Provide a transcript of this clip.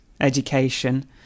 education